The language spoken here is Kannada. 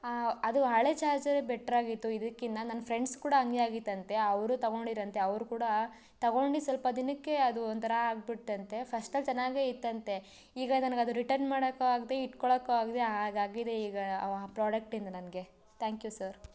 ಅದು ಹಳೇ ಚಾರ್ಜರೇ ಬೆಟ್ರಾಗಿತ್ತು ಇದಕ್ಕಿನ್ನ ನನ್ನ ಫ್ರೆಂಡ್ಸ್ ಕೂಡ ಹಂಗೇ ಆಗಿತ್ತಂತೆ ಅವರೂ ತಗೊಂಡಿದ್ರಂತೆ ಅವ್ರು ಕೂಡ ತಗೊಂಡಿದ್ದ ಸ್ವಲ್ಪ ದಿನಕ್ಕೇ ಅದು ಒಂಥರ ಆಗ್ಬಿಡ್ತಂತೆ ಫಸ್ಟಲ್ಲಿ ಚೆನ್ನಾಗೆ ಇತ್ತಂತೆ ಈಗ ನನ್ಗೆ ಅದು ರಿಟರ್ನ್ ಮಾಡಕ್ಕೂ ಆಗದೆ ಇಟ್ಕೊಳ್ಳೋಕ್ಕೂ ಆಗದೆ ಹಾಗಾಗಿದೆ ಈಗ ಆ ಪ್ರಾಡಕ್ಟಿಂದ ನನಗೆ ತ್ಯಾಂಕ್ ಯು ಸರ್